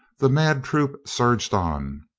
the mad troop surged on.